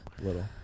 Little